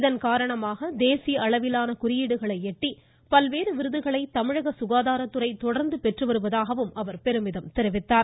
இதன்காரணமாக தேசிய அளவிலான குறியீடுகளை எட்டி பல்வேறு விருதுகளை தமிழக சுகாதாரத்துறை தொடர்ந்து பெற்று வருவதாகவும் அவர் பெருமிதம் தெரிவித்தார்